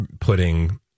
putting